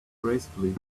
gracefully